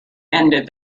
ended